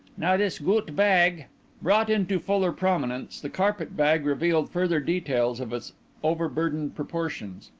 now this goot bag brought into fuller prominence, the carpet-bag revealed further details of its overburdened proportions.